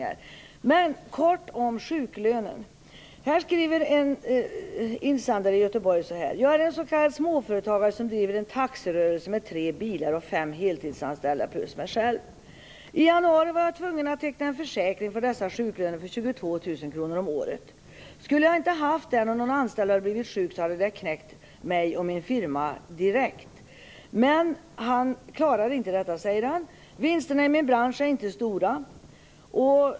Jag vill nämna något kort om sjuklönen. En insändarskribent i Göteborg skriver så här: Jag är en s.k. småföretagare som driver en taxirörelse med tre bilar och fem heltidsanställda plus jag själv. I januari var jag tvungen att teckna en försäkring för dessas sjuklöner för 22 000 kr om året. Skulle jag inte haft den, och någon anställd hade blivit sjuk, hade det knäckt mig och min firma direkt. Men han klarar inte detta, säger han: Vinsterna i min bransch är inte stora.